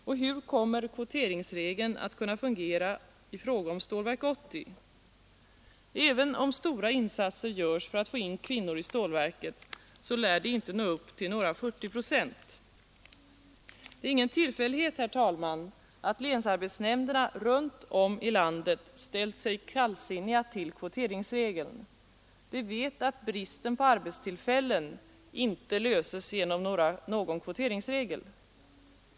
Och hur skall kvoteringsregeln kunna fungera i fråga om Stålverk 80? Även om stora insatser görs för att få in kvinnor i stålverket lär deras andel inte nå upp till några 40 procent. Det är ingen tillfällighet, herr talman, att länsarbetsnämnderna runt om i landet ställt sig kallsinniga till kvoteringsregeln. De vet att bristen på arbetstillfällen inte avhjälps genom någon kvoteringsregel.